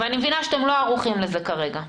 אני מבינה שאתם לא ערוכים לזה כרגע.